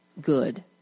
good